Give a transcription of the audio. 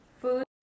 Food